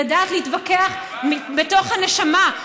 לדעת להתווכח מתוך הנשמה,